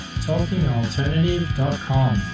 talkingalternative.com